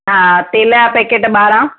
हा तेल जा पैकेट ॿारहां